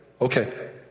okay